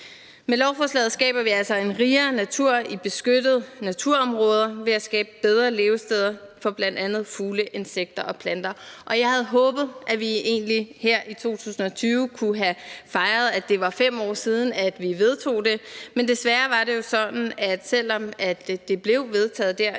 Med lovforslaget skaber vi altså en rigere natur i beskyttede naturområder ved at skabe bedre levesteder for bl.a. fugle, insekter og planter. Og jeg havde egentlig håbet, at vi her i 2020 kunne have fejret, at det var 5 år siden, at vi vedtog det, men desværre var det jo sådan, at selv om det blev vedtaget der i 2015,